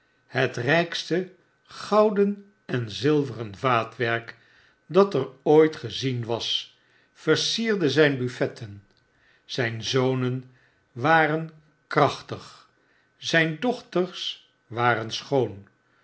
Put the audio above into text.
het rpste gouden en zilveren vaatwerk dat er ooit gezien was versierde zp buffetten zp zonen waren krachtig zijn dochters waren schoon